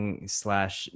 slash